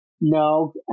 No